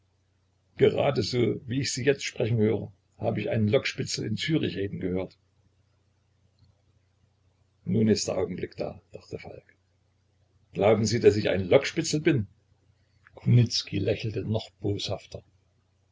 gerade so wie ich sie jetzt sprechen höre hab ich einen lockspitzel in zürich reden gehört nun ist der augenblick da dachte falk glauben sie daß ich ein lockspitzel bin kunicki lächelte noch boshafter